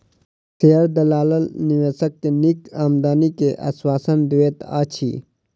share दलाल निवेशक के नीक आमदनी के आश्वासन दैत अछि